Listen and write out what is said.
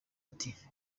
ati